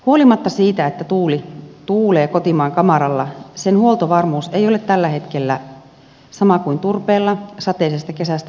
huolimatta siitä että tuuli tuulee kotimaan kamaralla sen huoltovarmuus ei ole tällä hetkellä sama kuin turpeella sateisesta kesästä huolimatta